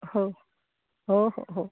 हो हो हो हो